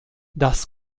das